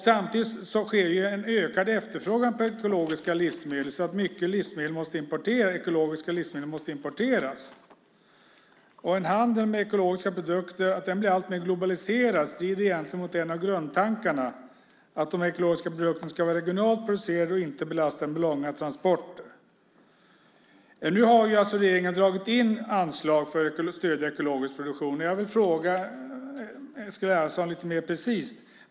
Samtidigt sker det en ökad efterfrågan på ekologiska livsmedel så att ekologiska livsmedel måste importeras. Att handeln med ekologiska produkter blir alltmer globaliserad strider egentligen mot en av grundtankarna, nämligen att de ekologiska produkterna ska vara regionalt producerade och inte belastas med långa transporter. Nu har regeringen dragit in anslag för att stödja ekologisk produktion. Jag vill ställa några mer precisa frågor till Eskil Erlandsson.